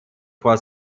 vor